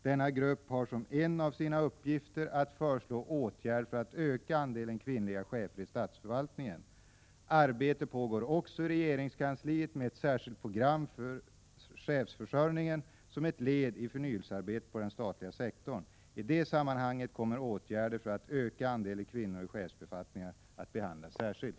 Denna grupp har som en av sina uppgifter att föreslå åtgärder för att öka andelen kvinnliga chefer i statsförvaltningen. Arbete pågår också i regeringskansliet med ett särskilt program för chefsförsörjningen som ett led i förnyelsearbetet på den statliga sektorn. I det sammanhanget kommer åtgärder för att öka andelen kvinnor i chefsbefattningar att behandlas särskilt.